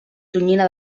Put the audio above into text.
tonyina